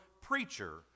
preacher